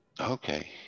Okay